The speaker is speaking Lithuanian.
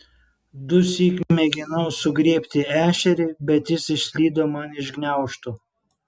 dusyk mėginau sugriebti ešerį bet jis išslydo man iš gniaužtų